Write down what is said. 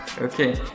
Okay